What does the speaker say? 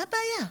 מה הבעיה?